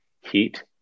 Heat